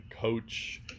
coach